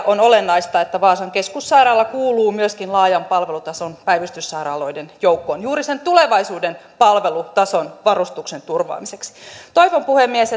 on olennaista että vaasan keskussairaala kuuluu myöskin laajan palvelutason päivystyssairaaloiden joukkoon juuri sen tulevaisuuden palvelutason varustuksen turvaamiseksi toivon puhemies